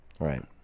Right